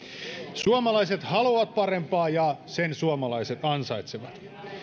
suomalaiset haluavat parempaa ja sen suomalaiset ansaitsevat